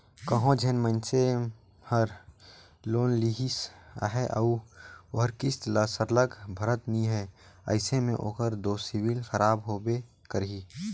कहों जेन मइनसे हर लोन लेहिस अहे अउ ओहर किस्त ल सरलग भरत नी हे अइसे में ओकर दो सिविल खराब होबे करही